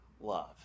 love